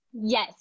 Yes